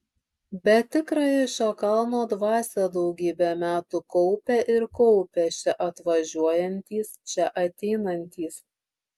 bet tikrąją šio kalno dvasią daugybę metų kaupė ir kaupia čia atvažiuojantys čia ateinantys